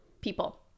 people